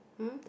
mm